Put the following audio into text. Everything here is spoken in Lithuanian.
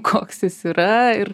koks jis yra ir